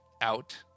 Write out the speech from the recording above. out